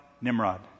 Nimrod